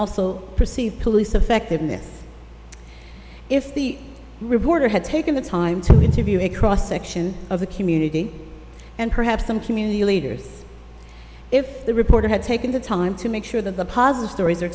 also perceived police effectiveness if the reporter had taken the time to interview a cross section of the community and perhaps some community leaders if the reporter had taken the time to make sure that the positive stories